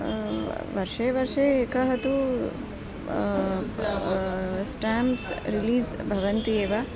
वर्षे वर्षे एकः तु स्टेम्प्स् रिलीज़् भवन्ति एव